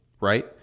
right